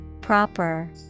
Proper